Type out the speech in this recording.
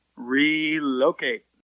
Relocate